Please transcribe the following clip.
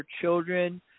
children